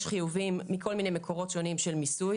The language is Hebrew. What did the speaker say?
חיובים מכל מיני מקורות שונים של מיסוי,